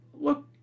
Look